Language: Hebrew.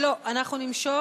לא, אנחנו נמשוך.